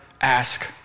ask